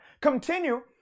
continue